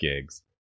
gigs